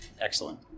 Excellent